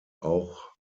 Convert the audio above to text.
auch